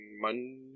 Monday